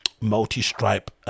multi-stripe